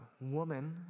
woman